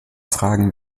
fragen